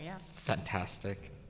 fantastic